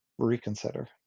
reconsider